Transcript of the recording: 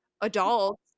adults